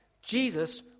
Jesus